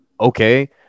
okay